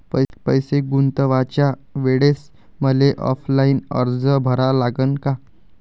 पैसे गुंतवाच्या वेळेसं मले ऑफलाईन अर्ज भरा लागन का?